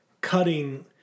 cutting